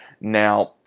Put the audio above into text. now